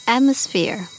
Atmosphere